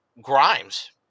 Grimes